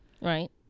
Right